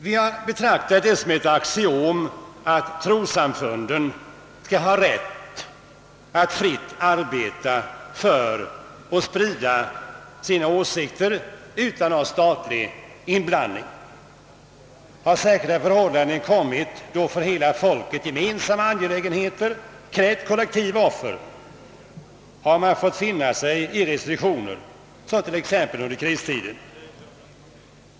Vi har betraktat det som ett axiom att trossamfunden skall ha rätt att fritt arbeta för och sprida sina åsikter utan någon statlig inblandning. När särskilda förhållanden inträtt och för hela folket gemensamma angelägenheter krävt kollektiva offer har man fått finna sig i restriktioner, t.ex. under kristiden.